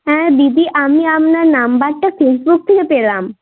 হ্যাঁ দিদি আমি আপনার নাম্বারটা ফেসবুক থেকে পেলাম